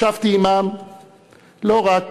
ישבתי עמם לא רק